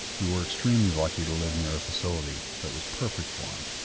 we were extremely lucky to live near a facility that was perfect for him.